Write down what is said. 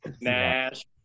Nash